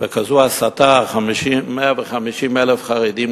וכזו הסתה, "150,000 חרדים?